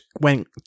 went